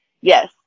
yes